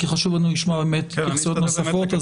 חשוב לנו לשמוע התייחסות נוספות,